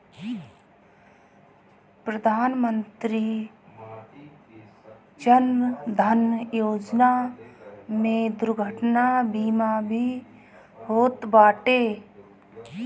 प्रधानमंत्री जन धन योजना में दुर्घटना बीमा भी होत बाटे